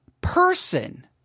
person